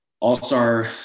all-star